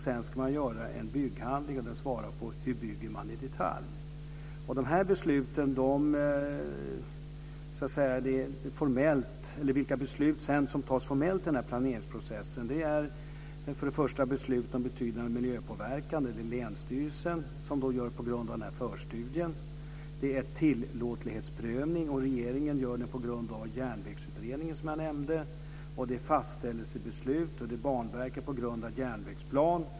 Sedan ska man göra en bygghandling, och den svarar på frågan om hur man bygger i detalj. Vilka beslut som sedan fattas formellt i den här planeringsprocessen är beslut om betydande miljöpåverkan. Det är länsstyrelsen som fattar det på grundval av den här förstudien. Det är en tillåtlighetsprövning som regeringen gör på grundval av järnvägsutredningen. Det är fastställelsebeslut som Banverket fattar på grundval av järnvägsplanen.